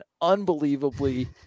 unbelievably